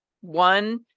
one